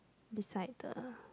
beside the